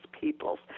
Peoples